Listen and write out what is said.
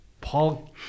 Paul